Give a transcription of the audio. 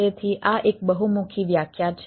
તેથી આ એક બહુમુખી વ્યાખ્યા છે